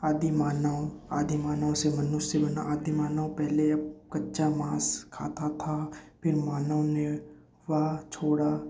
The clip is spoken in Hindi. आदिमानव आदिमानव से मनुष्य बना आदिमानव पहले अब कच्चा मांस खाता था फिर मानव ने वह छोड़ा